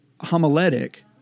homiletic